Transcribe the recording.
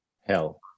Hell